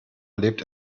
lebt